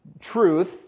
truth